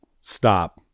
stop